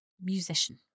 musician